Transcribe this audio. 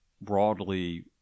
broadly